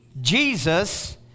Jesus